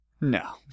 No